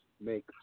make